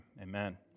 amen